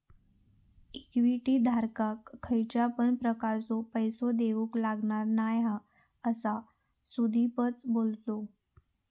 equity धारकाक खयच्या पण प्रकारचो पैसो देऊक लागणार नाय हा, असा सुदीपच बोललो